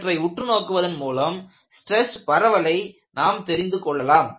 இவற்றை உற்று நோக்குவதன் மூலம் ஸ்ட்ரெஸ் பரவலை நாம் தெரிந்துகொள்ளலாம்